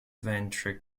venture